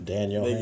Daniel